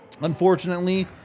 Unfortunately